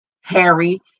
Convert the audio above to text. Harry